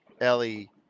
Ellie